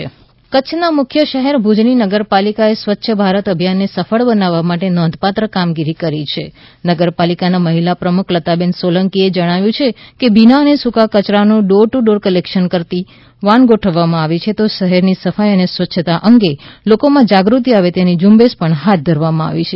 ભુજ નગરપાલિકા સ્વચ્છ ભારત અભિયાન કચ્છના મુખ્ય શહેર ભુજની નગરપાલિકાએ સ્વ ચ્છ ભારત અભિયાનને સફળ બનાવવા માટે નોંધપાત્ર કામગીરી કરી છે નગરપાલિકાના મહિલા પ્રમુખ લતાબેન સોલંકીએ જણાવ્યુ છે કે ભીના અને સૂકા કચરાનું ડોર ટુ ડોર કલેકશન કરતી વન ગોઠવવામાં આવી છે તો શહેરની સફાઈ અને સ્વચ્છતા અંગે લોકોમાં જાગૃતિ આવે તેવી ઝુંબેશ હાથ ધરવામાં આવી છે